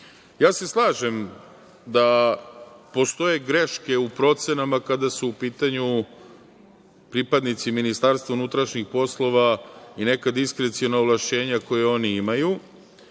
se da postoje greške u procenama kada su u pitanju pripadnici Ministarstva unutrašnjih poslova i neka diskreciona ovlašćenja koja oni imaju,